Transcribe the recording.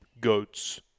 goats